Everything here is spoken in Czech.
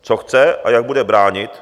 Co chce a jak bude bránit.